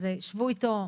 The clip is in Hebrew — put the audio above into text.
אז שבו איתו,